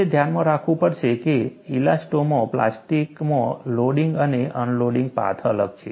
તમારે ધ્યાનમાં રાખવું પડશે કે ઇલાસ્ટોમાં પ્લાસ્ટિકમાં લોડિંગ અને અનલોડિંગ પાથ અલગ છે